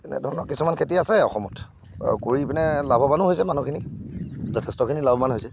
তেনেধৰণৰ কিছুমান খেতি আছে অসমত অঁ কৰি পিনে লাভৱানো হৈছে মানুহখিনি যথেষ্টখিনি লাভৱান হৈছে